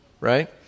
right